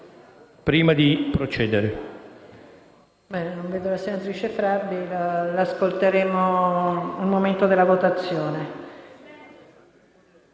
prima di procedere